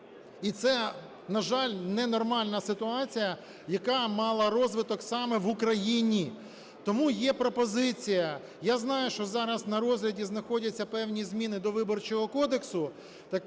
І це, на жаль, ненормальна ситуація, яка мала розвиток саме в Україні. Тому є пропозиція. Я знаю, що зараз на розгляді знаходяться певні зміни до Виборчого кодексу,